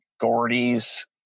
Gordy's